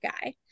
guy